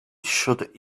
should